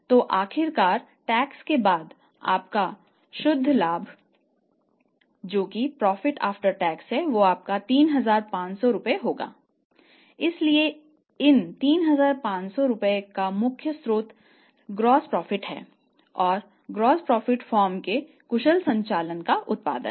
तो आखिरकार टैक्स के बाद आपका शुद्ध लाभ है और सकल लाभ फर्म के कुशल संचालन का उत्पादन है